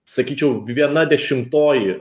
sakyčiau viena dešimtoji